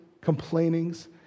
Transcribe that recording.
complainings